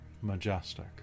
majestic